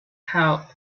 help